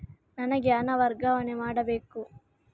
ನನಗೆ ಹಣ ವರ್ಗಾವಣೆ ಮಾಡಬೇಕು